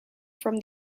from